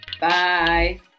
Bye